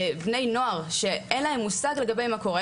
בני נוער שאין להם מושג לגבי מה קורה,